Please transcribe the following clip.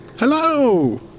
Hello